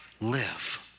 live